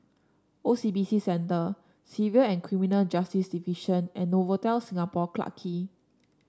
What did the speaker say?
O C B C Center Civil And Criminal Justice Division and Novotel Singapore Clarke Quay